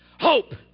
Hope